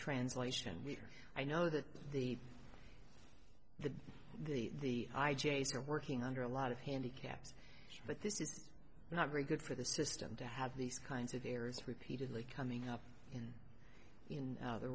translation i know that the the the i j s are working under a lot of handicaps but this is not very good for the system to have these kinds of errors repeatedly coming up in